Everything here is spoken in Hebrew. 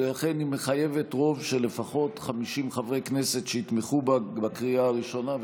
ולכן היא מחייבת רוב של לפחות 50 חברי כנסת שיתמכו בה בקריאה הראשונה,